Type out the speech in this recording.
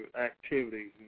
activities